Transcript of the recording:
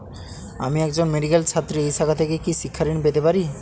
আমি একজন মেডিক্যাল ছাত্রী এই শাখা থেকে কি শিক্ষাঋণ পেতে পারি?